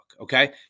okay